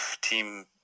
team